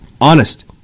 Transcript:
Honest